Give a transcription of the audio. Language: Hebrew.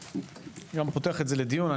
אני פותח את זה לדיון.